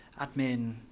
admin